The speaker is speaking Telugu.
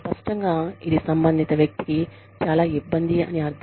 స్పష్టంగా ఇది సంబంధిత వ్యక్తికి చాలా ఇబ్బంది అని అర్థం